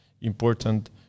important